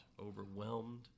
overwhelmed